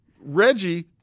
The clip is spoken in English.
Reggie